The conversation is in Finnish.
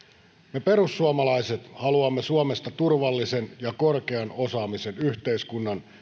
me perussuomalaiset haluamme suomesta turvallisen ja korkean osaamisen yhteiskunnan